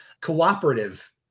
cooperative